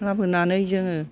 लाबोनानै जोङो